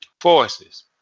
forces